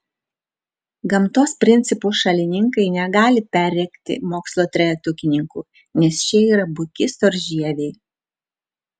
gamtos principų šalininkai negali perrėkti mokslo trejetukininkų nes šie yra buki storžieviai